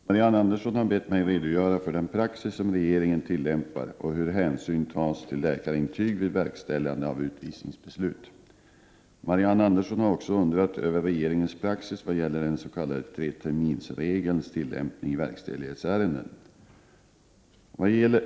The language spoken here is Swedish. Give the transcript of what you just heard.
Fru talman! Marianne Andersson har bett mig redogöra för den praxis som regeringen tillämpar och hur hänsyn tas till läkarintyg vid verkställande av utvisningsbeslut. Marianne Andersson har också undrat över regeringens praxis vad gäller den s.k. treterminsregelns tillämpning i verkställighetsärenden.